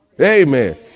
Amen